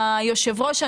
היושב ראש,